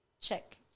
check